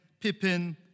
Pippin